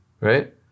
right